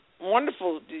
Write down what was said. wonderful